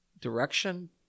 direction